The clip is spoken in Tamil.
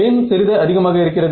ஏன் சிறிது அதிகமாக இருக்கிறது